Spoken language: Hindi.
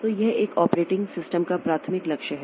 तो यह एक ऑपरेटिंग सिस्टम का प्राथमिक लक्ष्य है